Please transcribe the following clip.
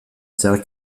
zehar